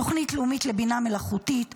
"תוכנית לאומית לבינה מלאכותית".